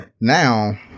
now